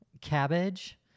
cabbage